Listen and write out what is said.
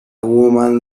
woman